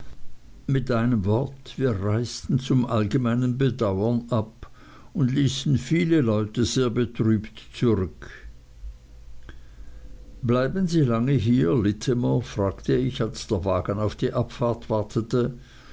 mit einem wort wir reisten zum allgemeinen bedauern ab und ließen viele leute sehr betrübt zurück bleiben sie lange hier littimer fragte ich als der wagen auf die abfahrt wartete